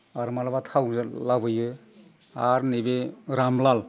आरो माब्लाबा थावबो लाबोयो आरो नैबे रामलाल